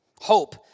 Hope